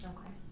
Okay